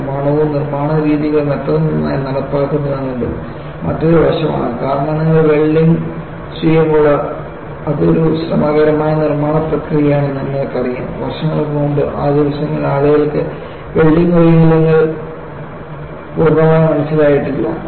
നിർമ്മാണവും നിർമ്മാണ രീതികൾ എത്ര നന്നായി നടപ്പാക്കുന്നു എന്നതും മറ്റൊരു വശമാണ് കാരണം നിങ്ങൾ വെൽഡിംഗ് ചെയ്യുമ്പോൾ അതൊരു ശ്രമകരമായ നിർമ്മാണ പ്രക്രിയയാണെന്ന് നിങ്ങൾക്കറിയാം വർഷങ്ങൾക്കു മുമ്പ് ആ ദിവസങ്ങളിൽ ആളുകൾക്ക് വെൽഡിംഗ് വൈകല്യങ്ങൾ പൂർണ്ണമായി മനസ്സിലായിട്ടില്ല